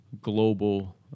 global